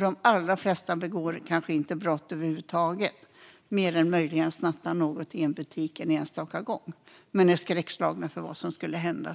De allra flesta begår kanske inte brott över huvud taget, mer än möjligen att snatta något i en butik en enstaka gång för att sedan vara skräckslagen för vad som ska hända.